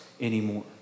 anymore